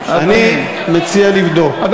נכון.